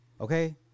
Okay